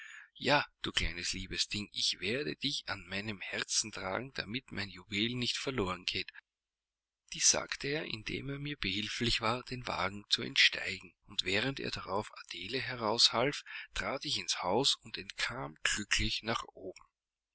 ja du kleines liebes ding ich werde dich an meinem herzen tragen damit mein juwel nicht verloren geht dies sagte er indem er mir behilflich war dem wagen zu entsteigen und während er darauf adele heraus half trat ich ins haus und entkam glücklich nach oben